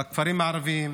בכפרים הערביים,